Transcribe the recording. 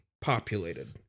populated